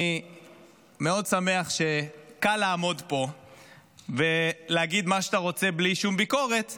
אני מאוד שמח שקל לעמוד פה ולהגיד מה שאתה רוצה בלי שום ביקורת,